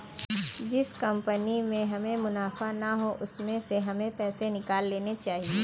जिस कंपनी में हमें मुनाफा ना हो उसमें से हमें पैसे निकाल लेने चाहिए